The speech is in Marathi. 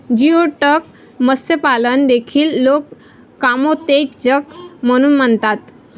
जिओडक मत्स्यपालन देखील लोक कामोत्तेजक म्हणून मानतात